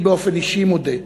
אני באופן אישי מודה,